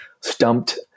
stumped